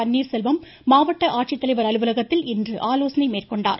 பன்னீாசெல்வம் மாவட்ட ஆட்சித்தலைவா் அலுவலகத்தில் இன்று ஆலோசனை மேற்கொண்டார்